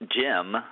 Jim